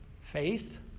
faith